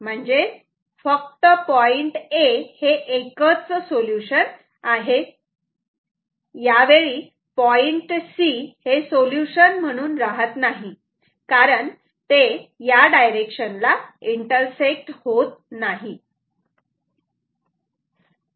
म्हणजे फक्त point A हे एकच सोल्युशन आहे पॉईंट C हे सोल्युशन म्हणून राहत नाही कारण ते त्या डायरेक्शनला इंटरसेक्ट होत नाही